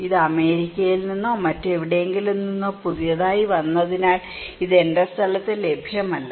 ഇത് അമേരിക്കയിൽ നിന്നോ മറ്റെവിടെയെങ്കിലും നിന്നോ പുതിയതായി വന്നതിനാൽ ഇത് എന്റെ സ്ഥലത്തു ലഭ്യമല്ല